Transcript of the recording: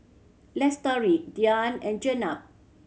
Lestari Dian and Jenab